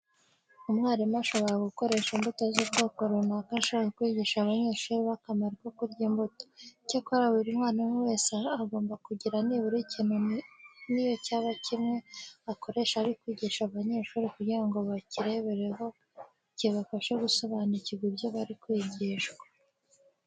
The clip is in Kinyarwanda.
Umwarimu ashobora gukoresha imbuto z'ubwoko runaka ashaka kwigisha abanyeshuri be akamaro ko kurya imbuto. Icyakora buri mwarimu wese agomba kugira nibura ikintu niyo cyaba kimwe, akoresha ari kwigisha abanyeshuri kugira ngo bakirebereho kibafashe gusobanukirwa ibyo bari kwigishwa.